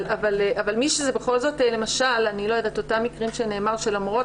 אבל מי שבכל זאת רוצה למשל באותם מקרים שנאמר שלמרות